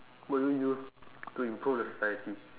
would you use to improve the society